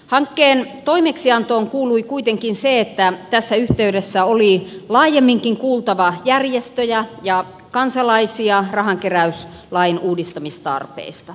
hankkeen toimeksiantoon kuului kuitenkin se että tässä yhteydessä oli laajemminkin kuultava järjestöjä ja kansalaisia rahanke räyslain uudistamistarpeista